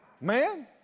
man